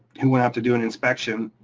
who went out to do an inspection,